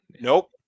Nope